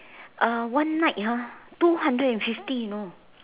uh one night ah two hundred and fifty you know